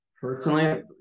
personally